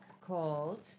called